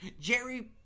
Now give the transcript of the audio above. Jerry